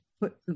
put